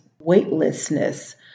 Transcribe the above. weightlessness